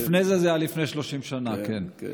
לפני זה זה היה לפני 30 שנה, כן.